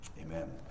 Amen